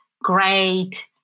great